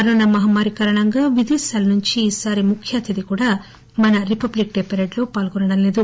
corona మహమ్మారి కారణంగా విదేశాల నుంచి ఈసారి ముఖ్యఅతిథి కూడా మన రిపబ్లిక్ డే పెరేడులో పాల్గొనడం లేదు